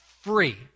free